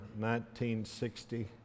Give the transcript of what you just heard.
1960